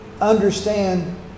understand